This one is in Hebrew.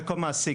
כמעסיק.